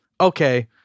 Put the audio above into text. okay